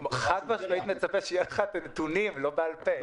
חד-משמעית אני מצפה שיהיו לך הנתונים, לא בעל-פה.